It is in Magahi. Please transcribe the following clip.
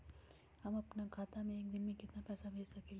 हम अपना खाता से एक दिन में केतना पैसा भेज सकेली?